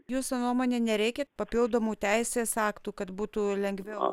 jūsų nuomone nereikia papildomų teisės aktų kad būtų lengviau